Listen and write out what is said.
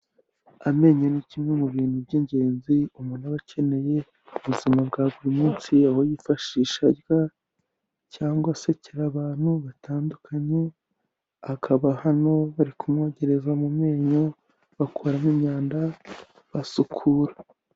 Amenyo ni kimwe mu bintu by'ingenzi umuntu aba akeneye mu buzima bwa buri munsi, aho ayifashisha arya cyangwa se abantu batandukanye, akaba hano bari kumwogereza mu menyo bakuramo imyanda basukura.